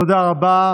תודה רבה.